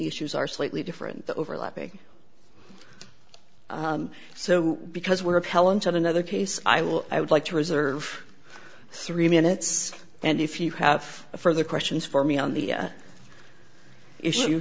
issues are slightly different overlapping so because we're appellant on another case i will i would like to reserve three minutes and if you have further questions for me on the issue